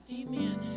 amen